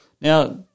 Now